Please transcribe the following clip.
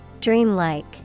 Dreamlike